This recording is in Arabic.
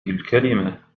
الكلمة